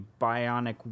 bionic